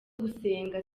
gusenga